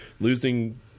losing